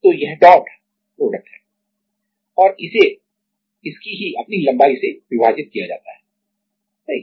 तो यह dot dot product है और इसे इसकी ही अपनी लंबाई से विभाजित किया जाता है सही